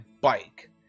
bike